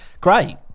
great